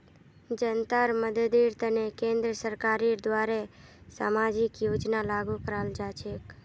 जनतार मददेर तने केंद्र सरकारेर द्वारे सामाजिक योजना लागू कराल जा छेक